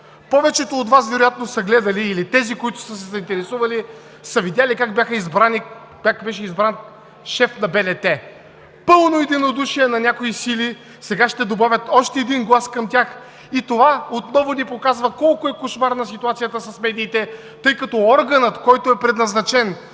Повечето от Вас вероятно са гледали, или тези, които са се заинтересували, са видели как беше избран шеф на БНТ – пълно единодушие на някои сили. Сега ще добавят още един глас към тях. И това отново ни показва колко е кошмарна ситуацията с медиите, тъй като органът, който е предназначен